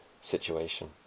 situation